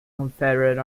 confederate